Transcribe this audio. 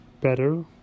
better